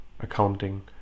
accounting